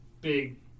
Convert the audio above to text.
big